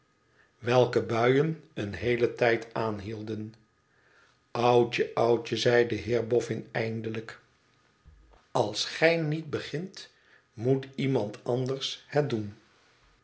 welke buien een heelen tijd aanhielden t oudje oudje zei de heer boffin eindelijk als gij niet begint moet iemand anders het doen